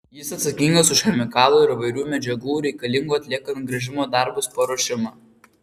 jis atsakingas už chemikalų ir įvairių medžiagų reikalingų atliekant gręžimo darbus paruošimą